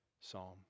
psalm